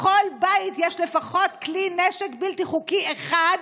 בכל בית יש לפחות כלי נשק בלתי חוקי אחד,